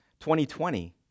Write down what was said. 2020